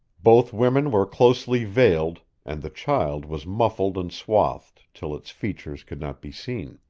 both women were closely veiled, and the child was muffled and swathed till its features could not be seen.